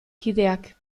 kideak